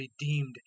redeemed